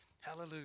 Hallelujah